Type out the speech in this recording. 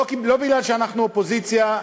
לא מפני שאנחנו אופוזיציה,